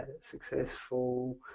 successful